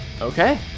okay